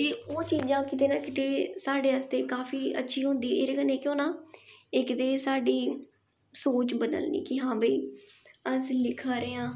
ते ओह् चीजां किते ना कित्त साढ़े आस्तै काफी अच्छी होंदी इ'दे कन्नै इक ते साढ़ी सोच बदलनी कि हां भई अस लिखा देआं